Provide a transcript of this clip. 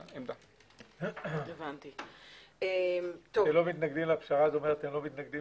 אתם לא מתנגדים לפשרה כלומר אתם לא מתנגדים